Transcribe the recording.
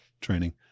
training